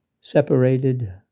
separated